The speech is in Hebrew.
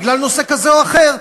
בגלל נושא כזה או אחר,